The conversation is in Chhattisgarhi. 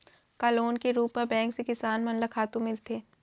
का लोन के रूप मा बैंक से किसान मन ला खातू मिलथे?